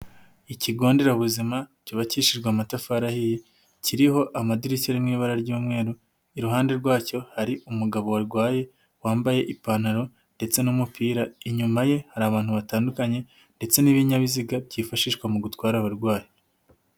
Ikigo nderabuzima kibakishijwe amatafari, kiriho amadirishya mu ibaburara ry'umweru, iruhande rwacyo hari umugabo warwaye, wambaye ipantaro ndetse n'umupira, inyuma ye hari abantu batandukanye ndetse n'ibinyabiziga byifashishwa mu gutwara abarwayi.